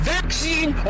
vaccine